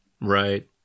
Right